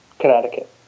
Connecticut